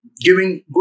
giving